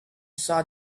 saw